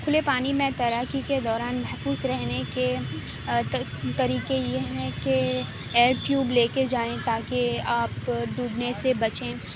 کھلے پانی میں تیراکی کے دوران محفوظ رہنے کے طریقے یہ ہیں کہ ایئر ٹیوب لے کے جائیں تاکہ آپ ڈوبنے سے بچیں